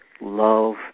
love